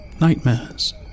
nightmares